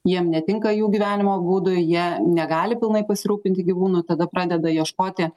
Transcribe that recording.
jiem netinka jų gyvenimo būdui jie negali pilnai pasirūpinti gyvūnu tada pradeda ieškoti